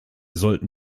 sollten